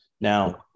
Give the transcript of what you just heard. Now